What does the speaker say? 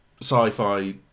sci-fi